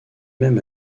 même